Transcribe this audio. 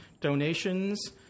donations